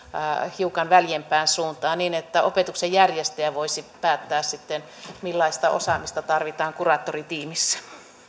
hiukan väljempään suuntaan niin että opetuksen järjestäjä voisi päättää sitten millaista osaamista tarvitaan kuraattoritiimissä